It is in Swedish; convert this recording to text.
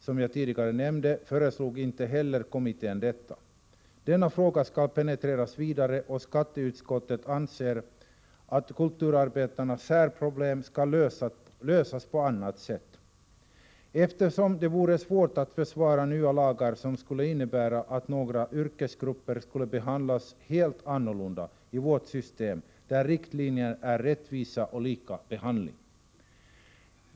Som jag tidigare nämnde föreslog kommittén inte heller detta. Denna fråga skall penetreras vidare, och skatteutskottet anser att kulturarbetarnas särproblem skall lösas på annat sätt, eftersom det vore svårt att försvara nya lagar som skulle innebära att några yrkesgrupper skulle behandlas helt annorlunda i vårt system, där riktlinjen är rättvisa och lika behandling.